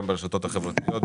גם ברשתות החברתיות,